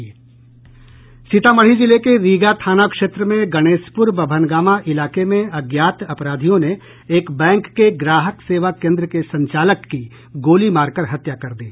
सीतामढ़ी जिले के रीगा थाना क्षेत्र में गणेशप्र बभनगांमा इलाके में अज्ञात अपराधियों ने एक बैंक के ग्राहक सेवा केन्द्र के संचालक की गोली मारकर हत्या कर दी